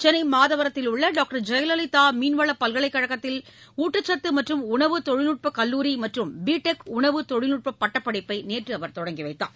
சென்னை மாதவரத்தில் உள்ள டாக்டர் ஜெயலலிதா மீன்வளப் பல்கலைக் கழகத்தில் ஊட்டச்சத்து மற்றும் உணவு தொழில்நுட்பக் கல்லூரி மற்றும் பிடெக் உணவுத் தொழில்நுட்ப பட்டப்படிப்பை நேற்று அவர் தொடங்கி வைத்தார்